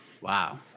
Wow